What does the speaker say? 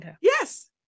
Yes